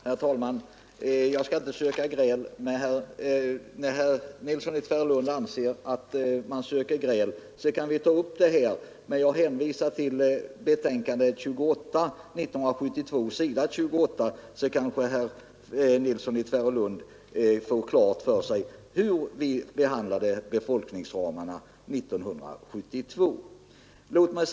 Herr talman! Herr Nilsson i Tvärålund tycker att jag söker gräl, och då vill jag hänvisa till vad som står i inrikesutskottets betänkande nr 28 år 1972, s. 28. Om herr Nilsson läser detta kanske han får klart för sig hur vi behandlade befolkningsramarna den gången.